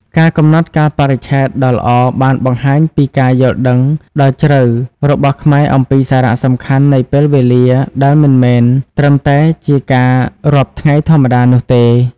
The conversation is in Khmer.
ការកំណត់កាលបរិច្ឆេទដ៏ល្អបានបង្ហាញពីការយល់ដឹងដ៏ជ្រៅរបស់ខ្មែរអំពីសារៈសំខាន់នៃពេលវេលាដែលមិនមែនត្រឹមតែជាការរាប់ថ្ងៃធម្មតានោះទេ។